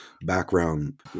background